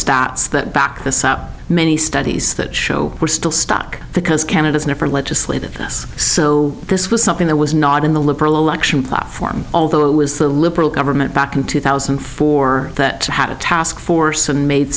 stats that back this up many studies that show we're still stuck because canada's never legislated this so this was something that was not in the liberal election platform although it was the liberal government back in two thousand and four that had a taskforce and made